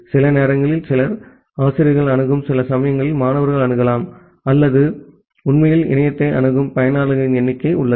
சில நேரங்களில் சிலர் ஆசிரியர்கள் அணுகும் சில சமயங்களில் மாணவர்கள் அணுகலாம் அல்லது உண்மையில் இணையத்தை அணுகும் பயனர்களின் எண்ணிக்கையும் உள்ளது